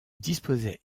disposait